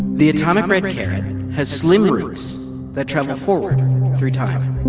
the atomic red carrot has slim roots that travel forward through time